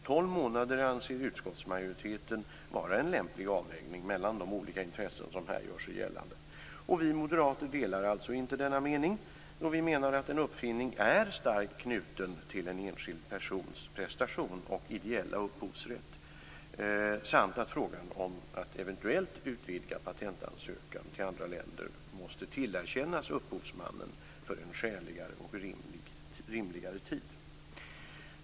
Tolv månader anser utskottsmajoriteten vara en lämplig avvägning mellan de olika intressen som här gör sig gällande. Vi moderater delar alltså inte denna mening, då vi menar att en uppfinning är starkt knuten till en enskild persons prestation och ideella upphovsrätt samt att upphovsmannen måste tillerkännas en skäligare och rimligare tid för frågan om att eventuellt utvidga patentansökan till andra länder.